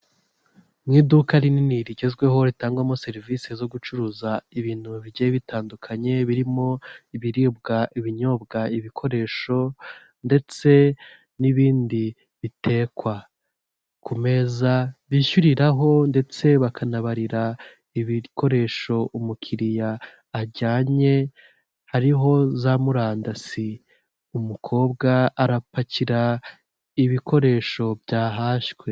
Mu iduka rinini rigezweho ritangwamo serivisi zo gucuruza ibintu bigiye bitandukanye birimo ibiribwa, ibinyobwa, ibikoresho ndetse n'ibindi bitekwa, ku meza bishyuriraho ndetse bakanabarira ibikoresho umukiriya ajyanye hariho za murandasi, umukobwa arapakira ibikoresho byahashywe.